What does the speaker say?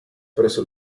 presso